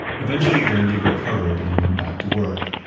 eventually grandy recovered and went back to work.